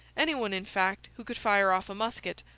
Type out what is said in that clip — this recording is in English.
any one, in fact, who could fire off a musket.